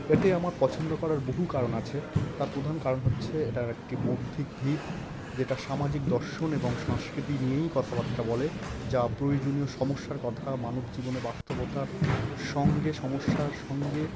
এটি আমার পছন্দ করার বহু কারণ আছে তার প্রধান কারণ হচ্ছে এটার একটি বৌদ্ধিক ভিত যেটা সামাজিক দর্শন এবং সংস্কৃতি নিয়েই কথাবার্তা বলে যা প্রয়োজনীয় সমস্যার কথা মানব জীবনে বাস্তবতার সঙ্গে সমস্যার সঙ্গে